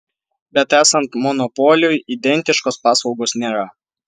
bet esant monopoliui identiškos paslaugos nėra